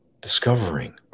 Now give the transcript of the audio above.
discovering